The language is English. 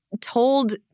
Told